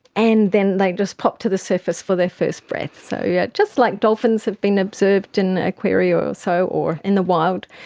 and then they like just pop to the surface for their first breath. so yeah just like dolphins have been observed in aquaria or so or in the wild.